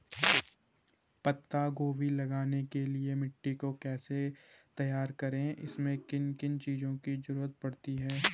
पत्ता गोभी लगाने के लिए मिट्टी को तैयार कैसे करें इसमें किन किन चीज़ों की जरूरत पड़ती है?